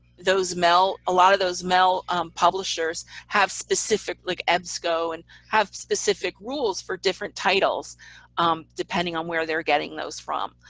those mel, a lot of those mel publishers have specific like epsco, and have specific rules for different titles depending on where they're getting those from.